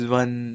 one